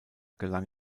gelang